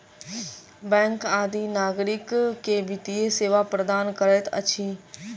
bank आदि नागरिक के वित्तीय सेवा प्रदान करैत अछि